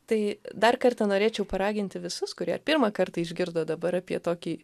tai dar kartą norėčiau paraginti visus kurie pirmą kartą išgirdo dabar apie tokį